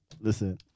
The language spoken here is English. listen